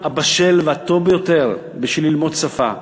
הם בזמן הטוב ביותר בשביל ללמוד שפה.